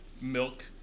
Milk